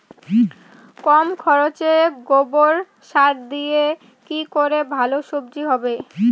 কম খরচে গোবর সার দিয়ে কি করে ভালো সবজি হবে?